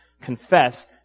confess